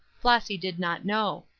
flossy did not know.